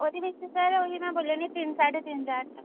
ਉਹਦੇ ਵਿੱਚ ਸਰ ਉਹੀ ਮੈਂ ਬੋਲਿਆ ਨਹੀਂ ਤਿੰਨ ਸਾਢੇ ਤਿੰਨ ਹਜ਼ਾਰ ਤੱਕ